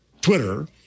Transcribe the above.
Twitter